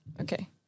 okay